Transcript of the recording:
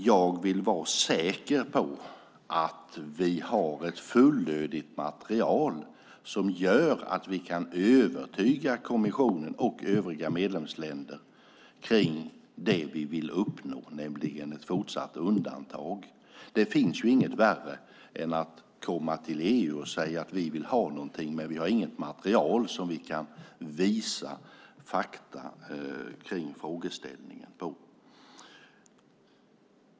Jag vill vara säker på att vi har ett fullödigt material som gör att vi kan övertyga kommissionen och övriga medlemsländer om det vi vill uppnå, nämligen ett fortsatt undantag. Det finns inget värre än att komma till EU och säga att vi vill ha något men att vi inte har något material som visar fakta om frågeställningen.